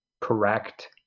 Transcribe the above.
correct